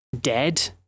dead